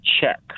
check